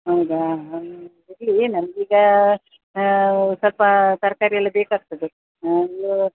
ಹೌದಾ ಇರಲಿ ನನ್ಗೆ ಈಗ ಸ್ವಲ್ಪ ತರಕಾರಿಯೆಲ್ಲ ಬೇಕಾಗ್ತದೆ ಹಾಗು